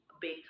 big